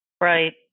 Right